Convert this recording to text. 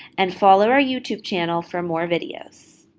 and follow our youtube channel for more videos.